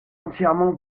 entièrement